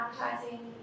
advertising